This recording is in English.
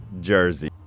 jersey